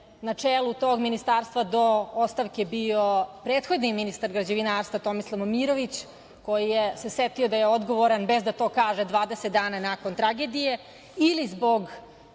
na čelu tog ministarstva do ostavke bio prethodni ministar građevinarstva Tomislav Momirović koji se setio da je odgovoran bez da to kaže 20 dana nakon tragedije